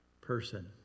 person